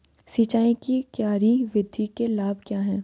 सिंचाई की क्यारी विधि के लाभ क्या हैं?